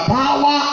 power